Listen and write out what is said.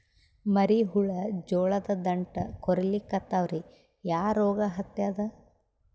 ಮರಿ ಹುಳ ಜೋಳದ ದಂಟ ಕೊರಿಲಿಕತ್ತಾವ ರೀ ಯಾ ರೋಗ ಹತ್ಯಾದ?